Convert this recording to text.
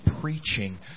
preaching